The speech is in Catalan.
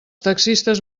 taxistes